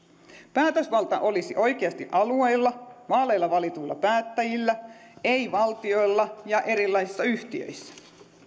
päätösvalta olisi oikeasti alueilla vaaleilla valituilla päättäjillä ei valtiolla ja erilaisissa yhtiöissä